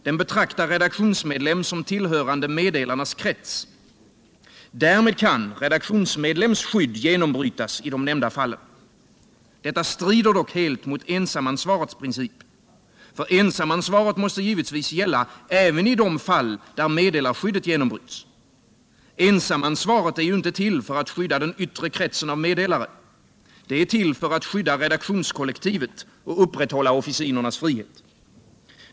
Den betraktar redaktionsmedlem som tillhörande meddelarnas krets. Därmed kan redaktionsmedlems skydd genombrytas i de nämnda fallen. Detta strider dock helt mot ensamansvarets princip. Ensamansvaret måste givetvis gälla även de fall där meddelarskyddet genombryts. Ensamansvaret är inte till för att skydda den yttre kretsen av meddelare. Det är till för att skydda redaktionskollektivet och upprätthålla officinernas frihet.